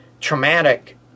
traumatic